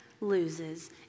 loses